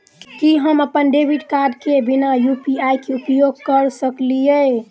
की हम अप्पन debit card केँ बिना यु.पी.आई केँ उपयोग करऽ सकलिये?